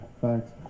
thanks